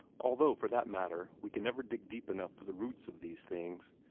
although, for that matter, we can never dig deep enough for the roots of these things.